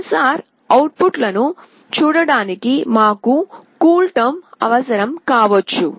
censor అవుట్పుట్లను చూడటానికి మాకు కూల్టర్మ్ అవసరం కావచ్చు